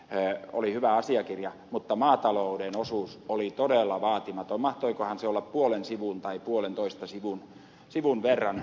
ele oli hyvä keväänä mutta maatalouden osuus oli todella vaatimaton mahtoikohan se olla puolen sivun tai puolentoista sivun verran